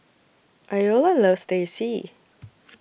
Iola loves Teh C